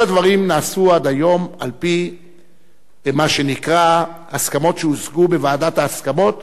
כל הדברים נעשו עד היום על-פי מה שנקרא הסכמות שהושגו בוועדת ההסכמות,